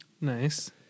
Nice